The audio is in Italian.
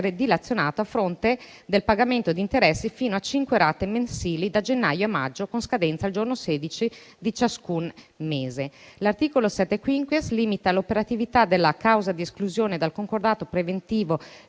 dilazionato, a fronte del pagamento di interessi, fino a cinque rate mensili, da gennaio a maggio, con scadenza il giorno 16 di ciascun mese. L'articolo 7-*quinquies* limita l'operatività della causa di esclusione dal concordato preventivo